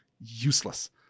useless